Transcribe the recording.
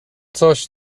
coś